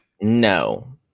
No